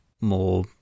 more